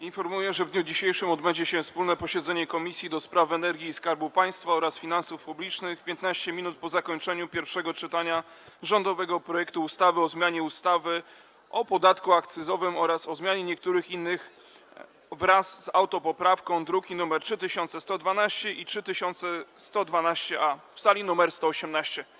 Informuję, że w dniu dzisiejszym odbędzie się wspólne posiedzenie Komisji: do Spraw Energii i Skarbu Państwa oraz Finansów Publicznych 15 minut po zakończeniu pierwszego czytania rządowego projektu ustawy o zmianie ustawy o podatku akcyzowym oraz o zmianie niektórych innych ustaw wraz z autopoprawką, druki nr 3112 i 3112-A, w sali nr 118.